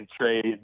trade